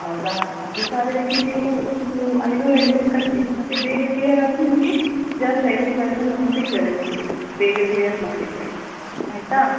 ಹೌದಾ ಹತ್ತು ಸಾವಿರಕ್ಕೆ ನೀವು ಒಂದು ಐನೂರು ಐನೂರು ಕಟ್ಟಿ ಮತ್ತು ಬೇಗ ಕ್ಲಿಯರಾದರೆ ನಿಮಗೆ ಜಾಸ್ತಿ ಐವತ್ತು ಸಾವಿರ ಲೋನ್ ಸಿಗ್ತದೆ ನಿಯಂಗೆ ಬೇಗ ಕ್ಲಿಯರ್ ಮಾಡಿದರೆ ಆಯಿತಾ